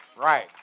Right